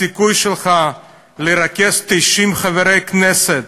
הסיכוי שלך לרכז 90 חברי כנסת